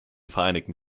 vereinigten